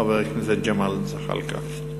חבר הכנסת ג'מאל זחאלקה.